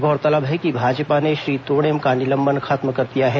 गौरतलब है कि भाजपा ने श्री तोड़ेम का निलंबन खत्म कर दिया है